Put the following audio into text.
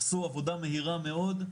עשו עבודה מהירה מאוד,